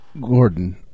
Gordon